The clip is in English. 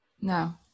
No